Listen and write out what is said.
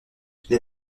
les